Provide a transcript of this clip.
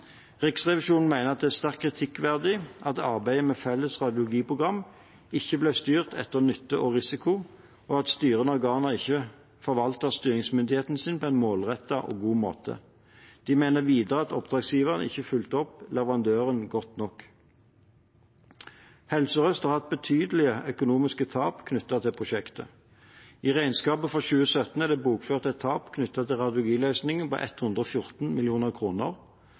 Riksrevisjonen mener at det er sterkt kritikkverdig at arbeidet med felles radiologiprogram ikke ble styrt etter nytte og risiko, og at styrende organer ikke forvaltet styringsmyndigheten sin på en målrettet og god måte. De mener videre at oppdragsgiveren ikke har fulgt opp leverandøren godt nok. Helse Sør-Øst har hatt betydelige økonomiske tap knyttet til prosjektet. I regnskapet for 2017 er det bokført et tap knyttet til radiologiløsningen på 114